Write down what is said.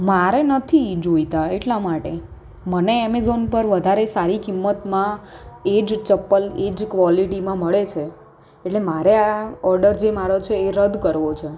મારે નથી જોઈતા એટલા માટે મને એમેઝોન પર વધારે સારી કિંમતમાં એ જ ચપ્પલ એ જ ક્વોલીટીમાં મળે છે એટલે મારે આ ઓર્ડર જે મારો છે એ રદ કરવો છે